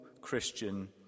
Christian